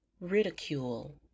Ridicule